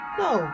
no